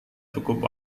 cukup